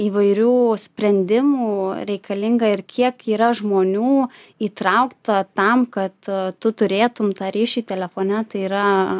įvairių sprendimų reikalinga ir kiek yra žmonių įtraukta tam kad tu turėtum tą ryšį telefone tai yra